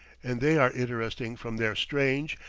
and they are interesting from their strange,